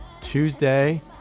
tuesday